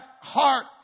heart